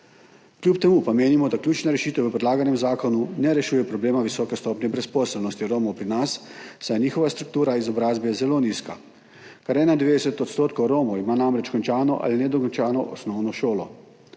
Kljub temu pa menimo, da ključna rešitev v predlaganem zakonu ne rešuje problema visoke stopnje brezposelnosti Romov pri nas, saj je njihova struktura izobrazbe zelo nizka. Kar 91 % Romov ima namreč končano ali nedokončano osnovno šolo,